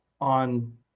on